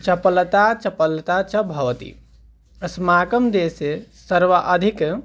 चपलता चपलता च भवति अस्माकं देशे सर्वाधिकाः